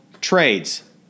trades